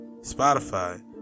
Spotify